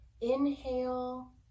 inhale